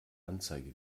anzeige